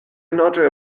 another